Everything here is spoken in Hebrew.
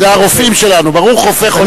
זה הרופאים שלנו, "ברוך רופאי חולים".